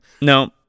no